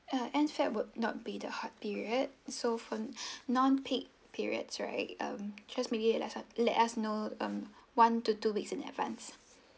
uh end feb would not be the hot period so for non-peak periods right um just maybe let us let us know um one to two weeks in advance